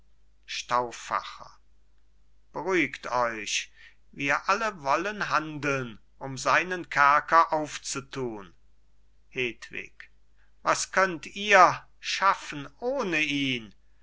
beruhigt euch wir alle wollen handeln um seinen kerker aufzutun hedwig was könnt ihr schaffen ohne ihn